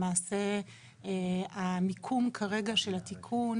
למעשה המיקום כרגע של התיקון,